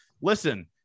Listen